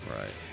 Right